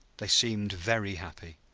they seemed very happy.